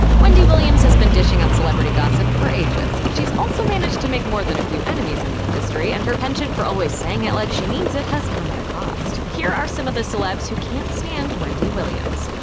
wendy williams has been dishing out celebrity gossip for ages. she's also managed to make more than a few enemies in the industry, and her penchant for always saying it like she means it has come at a cost. here are some of the celebs who can't stand wendy williams.